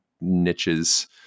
niches